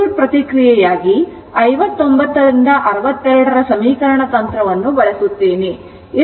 circuit ಪ್ರತಿಕ್ರಿಯೆಯಾಗಿ 59 ರಿಂದ 62 ರ ಸಮೀಕರಣ ತಂತ್ರವನ್ನು ಬಳಸುತ್ತೇನೆ